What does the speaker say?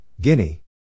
Guinea